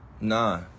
Nah